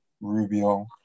Rubio